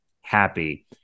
happy